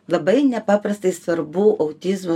labai nepaprastai svarbu autizmo